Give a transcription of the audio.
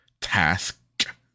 task